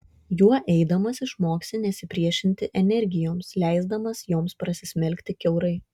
juo eidamas išmoksi nesipriešinti energijoms leisdamas joms prasismelkti kiaurai